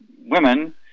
women